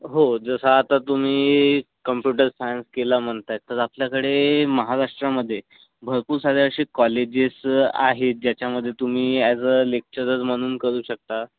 हो जसं आता तुम्ही कम्प्युटर सायन्स केलं म्हणत आहे तर आपल्याकडे महाराष्ट्रामध्ये भरपूर सारे असे कॉलेजेस आहे ज्याच्यामध्ये तुम्ही ॲज अ लेक्चरर म्हणून करू शकता